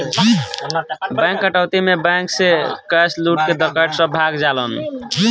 bank डकैती में bank से कैश लूट के डकैत सब भाग जालन